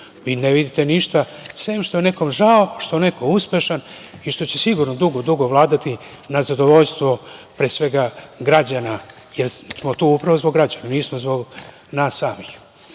Vi ne vidite ništa sem što je nekome žao što je neko uspešan i što će sigurno dugo vladati na zadovoljstvo pre svega građana, jer smo tu upravo zbog građana, nismo zbog nas samih. Ovde